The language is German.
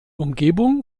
umgebung